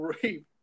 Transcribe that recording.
great